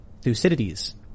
Thucydides